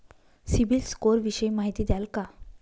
CIBIL score विषयी माहिती द्याल का?